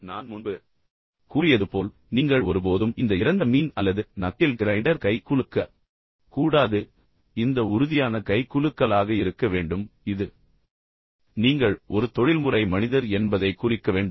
நான் முன்பு கூறியது போல் நீங்கள் ஒருபோதும் இந்த இறந்த மீன் அல்லது நக்கிள் கிரைண்டர் கை குலுக்க கூடாது இது இந்த இரண்டு உச்சநிலைகளாக இருக்கக்கூடாது இது இந்த உறுதியான கை குலுக்கலாக இருக்க வேண்டும் இது நீங்கள் ஒரு தொழில்முறை மனிதர் என்பதைக் குறிக்கவேண்டும்